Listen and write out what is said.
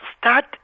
start